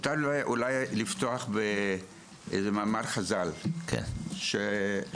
מותר אולי לפתוח באיזה במאמר חז"ל שאומר: